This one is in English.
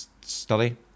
study